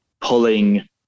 pulling